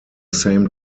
same